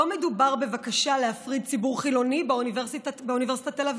לא מדובר בבקשה להפריד ציבור חילוני באוניברסיטת תל אביב,